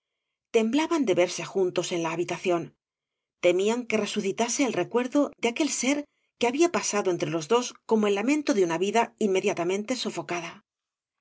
temblaban de verse juntos en la habitación temían que resucitase el recuerdo de aquel ser que había pasado entre los dos como el lamento de una vida inmediatamente sofocada